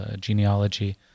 genealogy